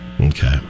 Okay